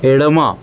ఎడమ